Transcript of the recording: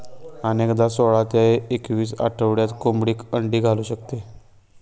अनेकदा सोळा ते एकवीस आठवड्यात कोंबडी अंडी घालू शकते